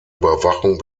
überwachung